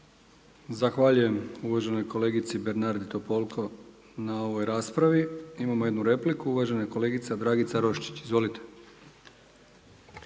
Zahvaljujem uvaženoj kolegici Bernardi Topolko na ovoj raspravi. Imamo jednu repliku. Uvažena kolegica Dragica Roščić, izvolite.